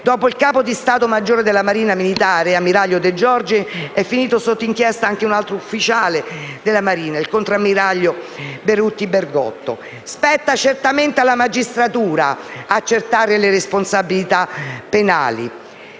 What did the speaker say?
Dopo il capo di Stato maggiore della Marina militare, ammiraglio De Giorgi, è finito sotto inchiesta anche un altro ufficiale della Marina, il contrammiraglio Berutti Bergotto. Spetta certamente alla magistratura accertare le responsabilità penali